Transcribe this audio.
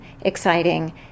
exciting